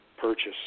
purchase